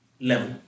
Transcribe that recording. level